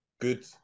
Good